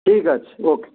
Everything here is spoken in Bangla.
ঠিক আছে ওকে